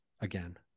again